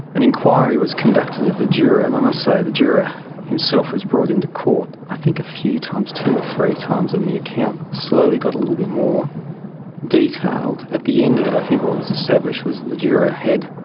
an inquiry was conducted of the juror, and i must say, the juror himself was brought into court i think a few times, two or three times and the account slowly got a little bit more detailed. at the end of it i think what was established was that the juror ah had,